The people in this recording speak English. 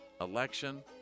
election